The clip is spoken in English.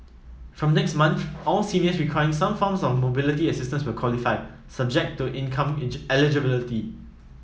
from next month all seniors requiring some form of mobility assistance will qualify subject to income eligibility